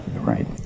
right